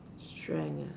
strength ah